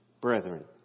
brethren